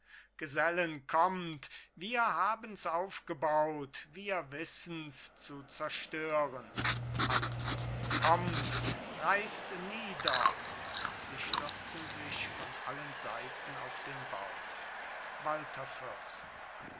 gesellen kommt wir haben's aufgebaut wir wissen's zu zerstören alle kommt reißt nieder sie stürzen sich von allen seiten auf den